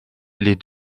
les